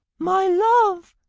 my love!